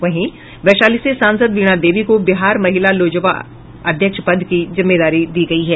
वहीं वैशाली से सांसद वीणा देवी को बिहार महिला लोजपा अध्यक्ष पद की जिम्मेदारी दी गयी है